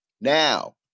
now